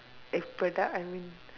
எப்படா:eppadaa I mean